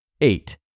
Eight